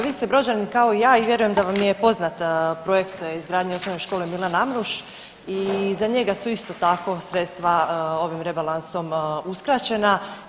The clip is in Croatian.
Vi ste Brođanin kao i ja i vjerujem da vam je poznat Projekt izgradnja Osnovne škole Milan Amruš i za njega su isto tako sredstva ovim rebalansom uskraćena.